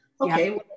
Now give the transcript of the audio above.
Okay